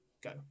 go